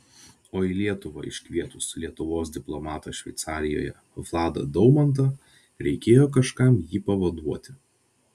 o į lietuvą iškvietus lietuvos diplomatą šveicarijoje vladą daumantą reikėjo kažkam jį pavaduoti